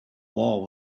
war